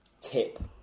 tip